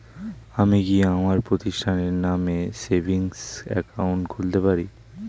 আমি কি আমার প্রতিষ্ঠানের নামে সেভিংস একাউন্ট খুলতে পারি?